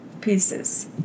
pieces